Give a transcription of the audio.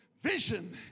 vision